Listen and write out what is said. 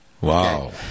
Wow